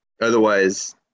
Otherwise